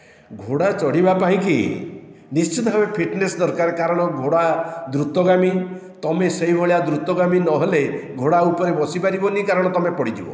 ଘୋଡ଼ା ଚଢ଼ିବା ପାଇଁକି ନିଶ୍ଚିତ ଭାବେ ଫିଟ୍ନେସ୍ ଦରକାର କାରଣ ଘୋଡ଼ା ଦ୍ରୁତଗାମୀ ତୁମେ ସେହି ଭଳିଆ ଦ୍ରୁତଗାମୀ ନହେଲେ ଘୋଡ଼ା ଉପରେ ବସିପାରିବନି କାରଣ ତୁମେ ପଡ଼ିଯିବ